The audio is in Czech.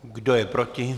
Kdo je proti?